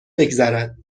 بگذرد